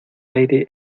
aire